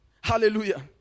Hallelujah